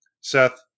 Seth